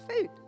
food